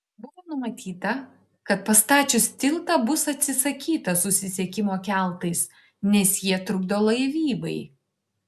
buvo numatyta kad pastačius tiltą bus atsisakyta susisiekimo keltais nes jie trukdą laivybai